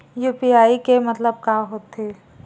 UPI के मतलब का होथे?